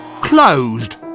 Closed